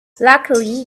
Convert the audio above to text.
luckily